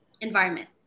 environment